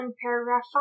paragraph